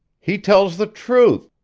he tells the truth